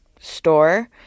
store